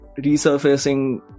resurfacing